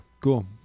Cool